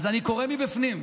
אני קורא מבפנים.